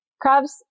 crabs